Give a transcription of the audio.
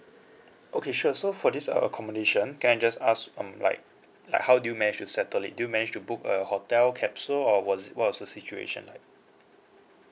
okay sure so for this uh accommodation can I just ask um like like how did you manage to settle it did you manage to book a hotel capsule or was it what was the situation like